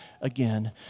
again